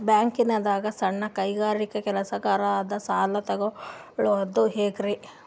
ಬ್ಯಾಂಕ್ದಾಗ ಸಣ್ಣ ಕೈಗಾರಿಕಾ ಕೆಲಸಗಾರರು ಸಾಲ ತಗೊಳದ್ ಹೇಂಗ್ರಿ?